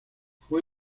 fue